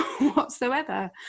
whatsoever